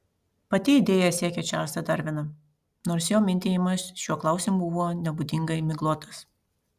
pati idėja siekia čarlzą darviną nors jo mintijimas šiuo klausimu buvo nebūdingai miglotas